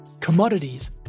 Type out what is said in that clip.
commodities